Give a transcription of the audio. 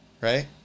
right